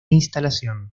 instalación